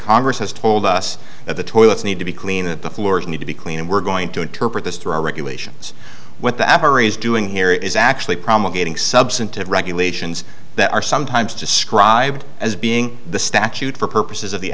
congress has told us that the toilets need to be clean the floors need to be clean and we're going to interpret this through our regulations what the average is doing here is actually promulgating substantive regulations that are sometimes described as being the statute for purposes of the